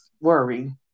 worry